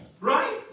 Right